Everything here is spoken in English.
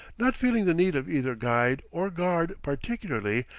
not feeling the need of either guide or guard particularly,